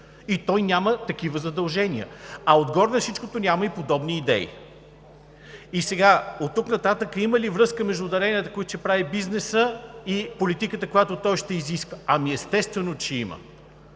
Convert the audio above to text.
и той няма такива задължения, а отгоре на всичкото няма и подобни идеи. И сега – оттук нататък, има ли връзка между даренията, които ще прави бизнесът и политиката, която той ще изисква? Ами, естествено, че има.